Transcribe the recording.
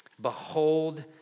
behold